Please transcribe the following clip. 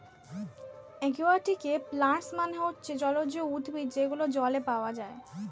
একুয়াটিকে প্লান্টস মানে হচ্ছে জলজ উদ্ভিদ যেগুলো জলে পাওয়া যায়